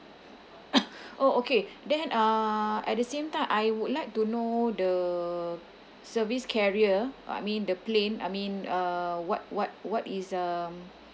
oh okay then uh at the same time I would like to know the service carrier I mean the plane I mean uh what what what is um